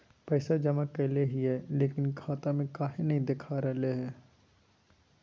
पैसा जमा कैले हिअई, लेकिन खाता में काहे नई देखा रहले हई?